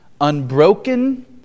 Unbroken